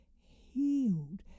healed